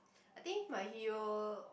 I think my hero